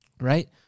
right